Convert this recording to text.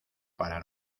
para